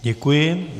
Děkuji.